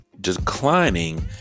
declining